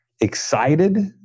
excited